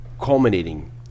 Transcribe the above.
culminating